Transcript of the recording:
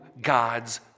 God's